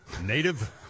native